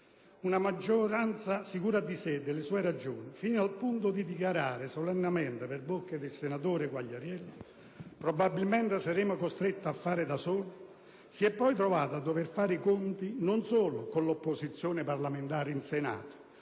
Una maggioranza sicura di sé e delle sue ragioni, fino al punto di dichiarare solennemente, per bocca del senatore Quagliariello, «probabilmente saremo costretti a fare da soli», si è poi trovata a dover fare i conti non solo con l'opposizione parlamentare in Senato,